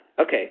Okay